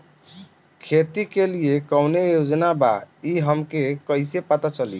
खेती के लिए कौने योजना बा ई हमके कईसे पता चली?